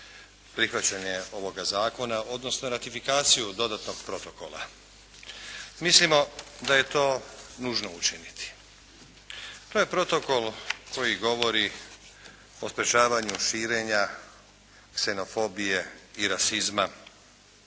prihvaćanje ovoga zakona odnosno ratifikaciju dodatnog protokola. Mislimo da je to nužno učiniti. To je protokol koji govori o sprječavanju širenja ksenofobije i rasizma